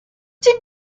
did